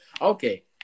Okay